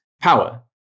power